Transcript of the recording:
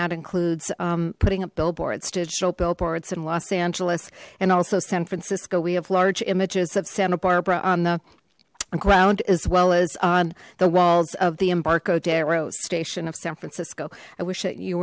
that includes putting up billboards digital billboards in los angeles and also san francisco we have large images of santa barbara on the ground as well as on the walls of the embarcadero station of san francisco i wish